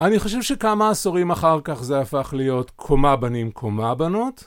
אני חושב שכמה עשורים אחר כך זה הפך להיות קומה בנים, קומה בנות.